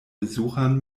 besuchern